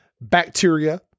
Bacteria